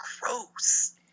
gross